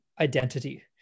identity